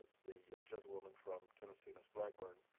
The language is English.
the gentlewoman from tennessee, ms. blackburn,